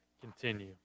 continue